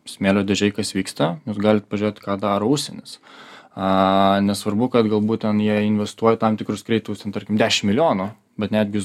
smėlio dėžėj kas vyksta jūs galit pažiūrėt ką daro užsienis nesvarbu kad galbūt ten jie investuoja į tam tikrus kreitivus ten tarkim dešim milijonų bet netgi jūs